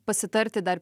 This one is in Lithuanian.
pasitarti dar